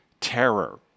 terror